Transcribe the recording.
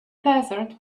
desert